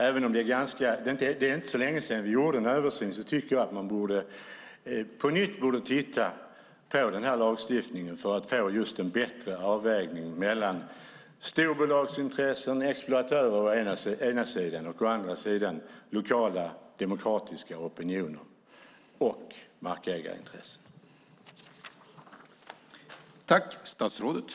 Även om det inte är så länge sedan vi gjorde en översyn tycker jag att man på nytt borde titta på lagstiftningen för att få en bättre avvägning mellan storbolagsintressen och exploatörer å ena sidan, lokala demokratiska opinioner och markägarintressen å andra sidan.